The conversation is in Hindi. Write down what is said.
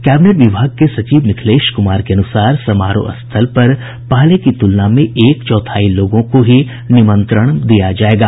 कैबिनेट विभाग के सचिव मिथिलेश कुमार के अनुसार समारोह स्थल पर पहले की तुलना में एक चौथाई लोगों को ही निमंत्रण दिया जायेगा